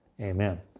Amen